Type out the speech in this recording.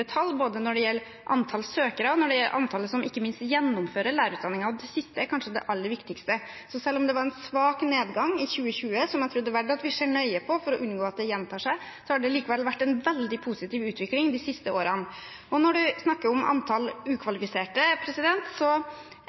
tall både når det gjelder antall søkere, og når det gjelder antallet som ikke minst gjennomfører lærerutdanningen. Det siste er kanskje det aller viktigste. Så selv om det var en svak nedgang i 2020, som jeg tror det er verdt at vi ser nøye på for å unngå at gjentar seg, har det likevel vært en veldig positiv utvikling de siste årene. Når det snakkes om antall ukvalifiserte,